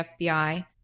FBI